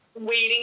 waiting